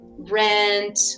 Rent